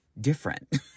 different